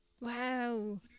wow